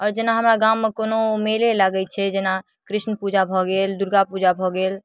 आओर जेना हमरा गाममे कोनो मेले लगै छै जेना कृष्ण पूजा भऽ गेल दुर्गापूजा भऽ गेल